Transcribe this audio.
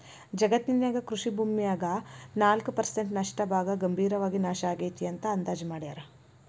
ಜಗತ್ತಿನ್ಯಾಗ ಕೃಷಿ ಭೂಮ್ಯಾಗ ನಾಲ್ಕ್ ಪರ್ಸೆಂಟ್ ನಷ್ಟ ಭಾಗ ಗಂಭೇರವಾಗಿ ನಾಶ ಆಗೇತಿ ಅಂತ ಅಂದಾಜ್ ಮಾಡ್ಯಾರ